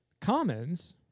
Commons